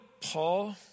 Paul